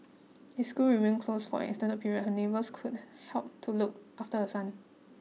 is school remain closed for extended period her neighbours could help to look after her son